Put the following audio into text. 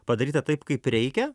padaryta taip kaip reikia